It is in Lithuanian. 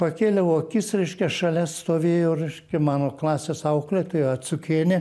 pakėliau akis reiškia šalia stovėjo reiškia mano klasės auklėtoja cukienė